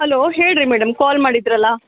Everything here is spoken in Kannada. ಹಲೋ ಹೇಳಿ ರೀ ಮೇಡಮ್ ಕಾಲ್ ಮಾಡಿದ್ದರಲ್ಲ